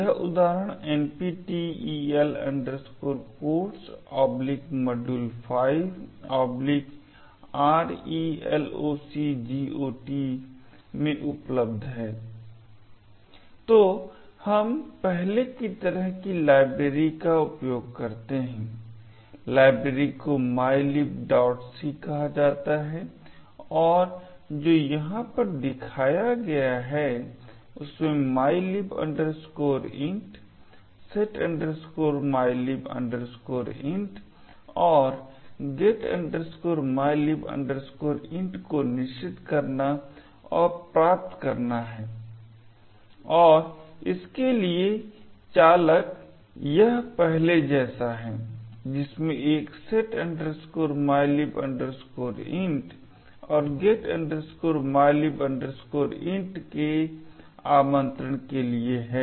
यह उदाहरण nptel codesmodule5relocgot में उपलब्ध है तो हम पहले की तरह ही लाइब्रेरी का उपयोग करते हैं लाइब्रेरी को mylibc कहा जाता है और जो यहां पर दिखाया गया है इसमें mylib int set mylib int और get mylib int को निश्चित करना और प्राप्त करना है और इसके लिए चालक यह पहले जैसा है जिसमें एक set mylib int और get mylib int के आमंत्रण के लिए है